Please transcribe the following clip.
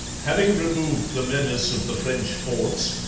having removed the menace of the french forts,